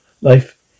life